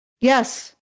Yes